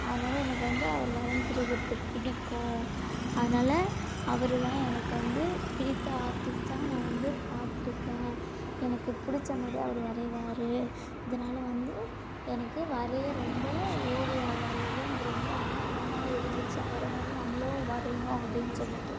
அதனால எனக்கு வந்து அவர் வரைஞ்சிருக்கிறது பிடிக்கும் அதனால அவர்தான் எனக்கு வந்து பிடித்த ஆர்டிஸ்ட்டாக நான் வந்து பார்த்துருக்கேன் எனக்கு பிடிச்ச மாதிரி அவர் வரையிவார் இதனால வந்து எனக்கு வரைய ரொம்ப ஓவியங்கள் வரைவதில் எனக்கு ரொம்ப ஆர்வமாக இருந்துச்சு அவரை மாதிரி நம்மளும் வரையணும் அப்படின்னு சொல்லிட்டு